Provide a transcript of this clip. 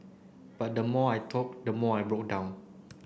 but the more I talk the more I broke down